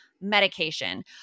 medication